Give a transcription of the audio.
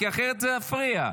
כי אחרת זה יפריע.